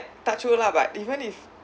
touch wood lah but even if